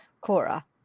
Cora